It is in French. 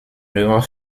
œuvre